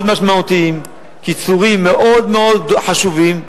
מאוד משמעותיים, קיצורים מאוד מאוד חשובים.